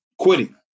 quitting